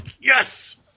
Yes